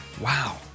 Wow